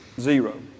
zero